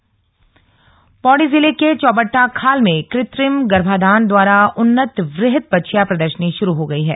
बछिया प्रदर्शनी पौड़ी जिले के चौबट्टाखाल में कृत्रिम गर्भाधान द्वारा उन्नत वृहद बछिया प्रर्दशनी शुरू हो गई है